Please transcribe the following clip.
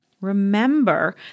remember